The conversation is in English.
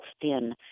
thin